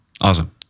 Awesome